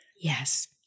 Yes